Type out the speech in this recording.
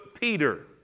Peter